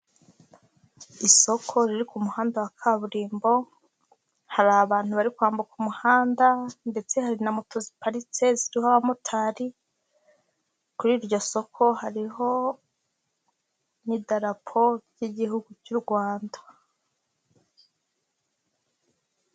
Isoko riri ku muhanda wa kaburimbo, hari abantu bari kwambuka umuhanda ndetse hari na moto ziparitse ziriho abamotari, kuri iryo soko hariho n'idarapo by'Igihugu cy'u Rwanda.